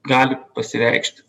gali pasireikšti